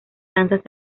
danzas